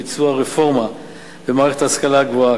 וביצוע רפורמה במערכת ההשכלה הגבוהה.